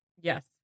Yes